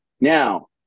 now